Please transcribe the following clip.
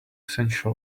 sensual